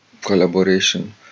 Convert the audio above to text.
collaboration